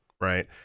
right